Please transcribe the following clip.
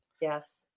Yes